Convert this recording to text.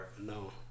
no